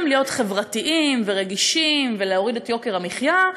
גם להיות חברתיים ורגישים ולהוריד את יוקר המחיה,